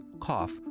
cough